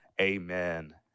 Amen